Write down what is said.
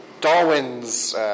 Darwin's